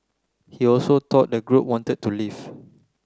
he also thought the group wanted to leave